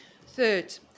Third